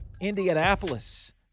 Indianapolis